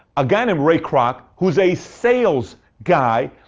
a guy named ray kroc, who's a sales guy,